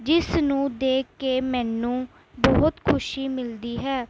ਜਿਸ ਨੂੰ ਦੇਖ ਕੇ ਮੈਨੂੰ ਬਹੁਤ ਖੁਸ਼ੀ ਮਿਲਦੀ ਹੈ